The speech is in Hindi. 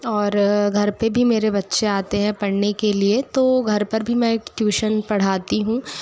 और घर पे भी मेरे बच्चे आते है पढ़ने के लिए तो घर पर भी मैं एक ट्यूशन पढ़ाती हूँ